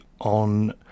on